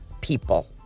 people